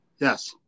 Yes